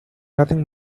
nothing